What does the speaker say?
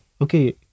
okay